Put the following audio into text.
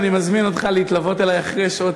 אני מזמין אותך להתלוות אלי אחרי שעות